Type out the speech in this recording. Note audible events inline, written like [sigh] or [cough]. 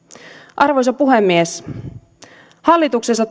arvoisa puhemies hallituksessa [unintelligible]